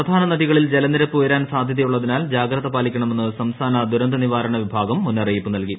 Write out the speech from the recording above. പ്രധാന നദികളിൽ ജല നിരപ്പ് ഉയരാൻ സാധ്യതയുള്ളതിനാൽ ജാഗ്രത പാലിക്ക ണമെന്ന് സംസ്ഥാന ദുരന്ത നിവാരണ വിഭാഗം മുന്നറിയിപ്പ് നൽകി